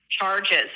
charges